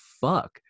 fuck